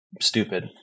stupid